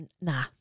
nah